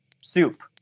Soup